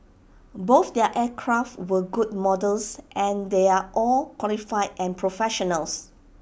both their aircraft were good models and they're all qualified and professionals